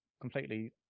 completely